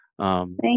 Thank